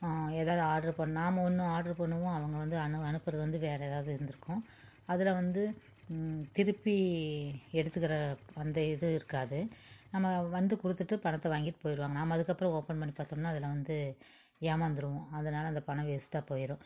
ஏதாவது ஆட்ரு பண்ணால் நாம் ஒன்று ஆட்ரு பண்ணுவோம் அவங்க வந்து அனு அனுப்புகிறது வந்து வேற ஏதாவது இருந்திருக்கும் அதில் வந்து திருப்பி எடுத்துக்கிற அந்த இது இருக்காது நம்ம வந்து கொடுத்துட்டு பணத்தை வாங்கிட்டு போயிடுவாங்க நாம் அதுக்கப்புறம் ஓப்பன் பண்ணி பார்த்தோம்னா அதில் வந்து ஏமாந்துடுவோம் அதனால அந்த பணம் வேஸ்ட்டாக போயிடும்